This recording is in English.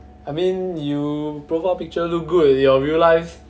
I mean you profile picture look good already your real life